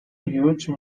use